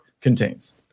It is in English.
contains